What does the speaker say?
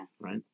Right